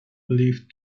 believed